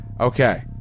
Okay